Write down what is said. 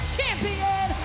Champion